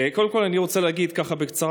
קודם כול אני רוצה להגיד בקצרה,